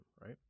right